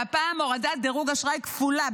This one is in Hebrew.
והפעם הורדת דירוג אשראי כפולה,